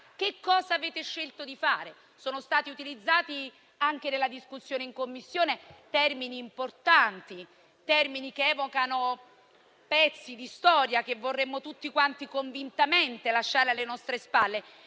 Che cosa avete scelto di fare? Sono stati utilizzati anche nella discussione in Commissione termini importanti, che evocano pezzi di storia che vorremmo tutti, convintamente, lasciarci alle nostre spalle